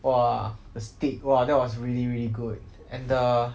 !wah! the steak !wah! that was really really good and the